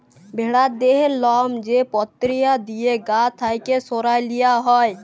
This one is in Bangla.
ভেড়ার দেহের লম যে পক্রিয়া দিঁয়ে গা থ্যাইকে সরাঁয় লিয়া হ্যয়